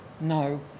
no